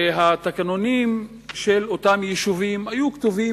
שהתקנונים של אותם יישובים היו כתובים